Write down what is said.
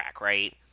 right